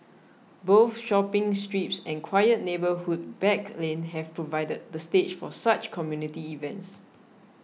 both shopping strips and quiet neighbourhood back lanes have provided the stage for such community events